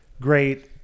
great